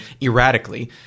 erratically